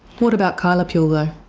what about kyla puhle though?